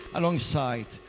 alongside